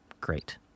great